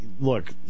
look